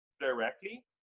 directly